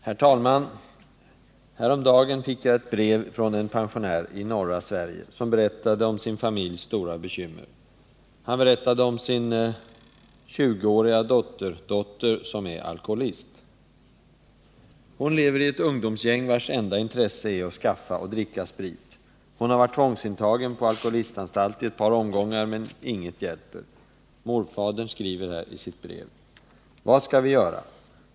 Herr talman! Häromdagen fick jag ett brev från en pensionär i norra Sverige som berättade om sin familjs stora bekymmer. Han skrev om sin 20-åriga dotterdotter, som är alkoholist. Hon lever i ett ungdomsgäng, vars enda intresse är att skaffa och dricka sprit. Hon har varit tvångsintagen på alkoholistanstalt i ett par omgångar, men inget hjälper. Morfadern skriver i sitt brev: ”Vad ska vi göra?